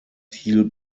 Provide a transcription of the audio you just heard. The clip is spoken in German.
thiel